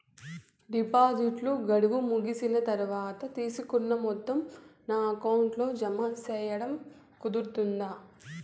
డిపాజిట్లు గడువు ముగిసిన తర్వాత, తీసుకున్న మొత్తం నా అకౌంట్ లో జామ సేయడం కుదురుతుందా?